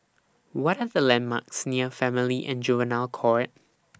What Are The landmarks near Family and Juvenile Court